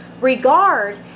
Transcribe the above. regard